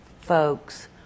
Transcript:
folks